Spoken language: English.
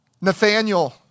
Nathaniel